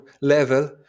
level